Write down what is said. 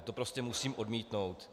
To prostě musím odmítnout.